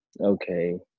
Okay